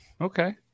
Okay